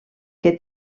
que